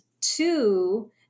two